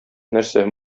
нәрсә